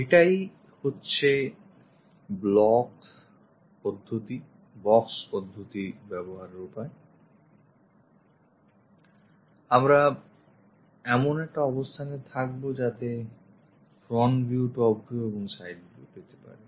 এটাই হচ্ছে block পদ্ধতি box পদ্ধতি ব্যবহারের উপায় আমরা এমন একটা অবস্থানে থাকব যাতে front view top view এবং side view পেতে পারি